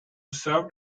served